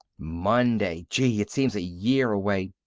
monday. gee! it seems a year away.